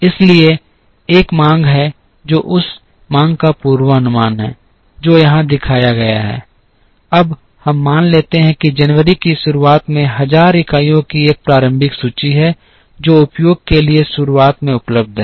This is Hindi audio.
इसलिए एक मांग है जो उस मांग का पूर्वानुमान है जो यहां दिखाया गया है अब हम मान लेते हैं कि जनवरी की शुरुआत में हजार इकाइयों की एक प्रारंभिक सूची है जो उपयोग के लिए शुरुआत में उपलब्ध है